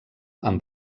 amb